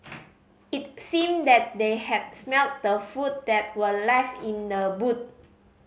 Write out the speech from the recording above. it seemed that they had smelt the food that were left in the boot